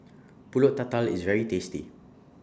Pulut Tatal IS very tasty